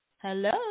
Hello